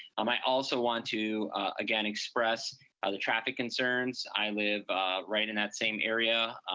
um i also want to, again, express the traffic concerns. i live right in that same area,